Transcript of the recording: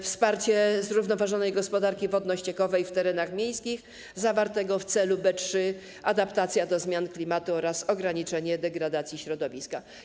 Wsparcie zrównoważonej gospodarki wodno-ściekowej na terenach miejskich˝, zawarta w celu B3. ˝Adaptacja do zmian klimatu oraz ograniczenie degradacji środowiska˝